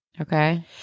Okay